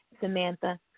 Samantha